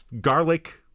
garlic